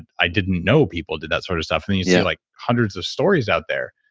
and i didn't know people did that sort of stuff. and then you see like hundreds of stories out there.